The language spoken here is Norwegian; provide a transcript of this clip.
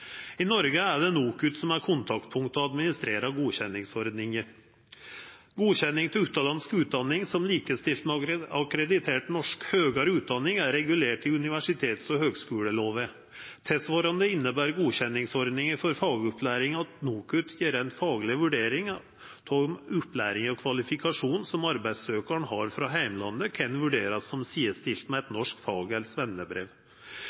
I Noreg er det NOKUT som er kontaktpunkt og som administrerer godkjenningsordninga. Godkjenning av utanlandsk utdanning som likestilt med akkreditert norsk høgare utdanning er regulert i universitets- og høgskulelova. Tilsvarande inneber godkjenningsordningar for fagopplæring at NOKUT gjer ei fagleg vurdering av om opplæring og kvalifikasjonar som arbeidssøkjaren har frå heimlandet, kan vurderast som sidestilte med eit